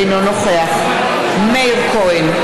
אינו נוכח מאיר כהן,